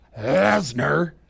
Lesnar